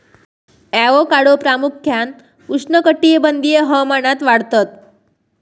avocado प्रामुख्यान उष्णकटिबंधीय हवामानात वाढतत